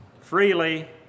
freely